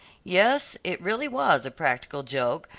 yes, it really was a practical joke,